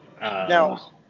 Now